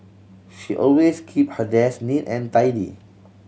she always keep her desk neat and tidy